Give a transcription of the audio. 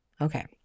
okay